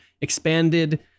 expanded